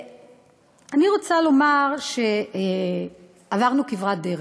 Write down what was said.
אני רוצה לומר שעברנו כברת דרך.